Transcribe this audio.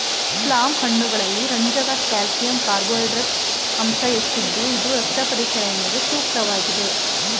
plum ಹಣ್ಣುಗಳಲ್ಲಿ ರಂಜಕ calcium carbohydrates ಅಂಶ ಹೆಚ್ಚಿದ್ದು ಇದು ರಕ್ತ ಪರಿಚಲನೆಗೆ ಸೂಕ್ತವಾಗಿದೆ